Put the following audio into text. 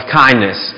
kindness